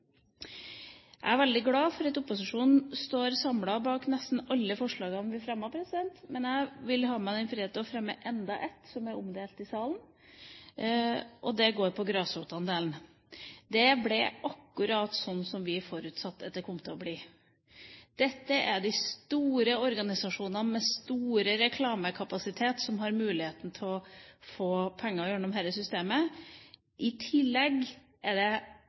Jeg er veldig glad for at opposisjonen står samlet bak nesten alle forslagene vi fremmer, men jeg vil ta meg den frihet å fremme enda ett, som er omdelt i salen, og det går på grasrotandelen. Det ble akkurat sånn som vi forutsatte at det kom til å bli. Det er de store organisasjonene med stor reklamekapasitet som har muligheten til å få penger gjennom dette systemet. I tillegg er det